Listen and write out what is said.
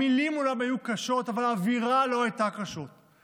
המילים מולם היו קשות, אבל האווירה לא הייתה כזאת.